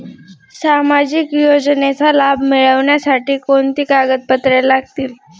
सामाजिक योजनेचा लाभ मिळण्यासाठी कोणती कागदपत्रे लागतील?